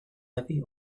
empty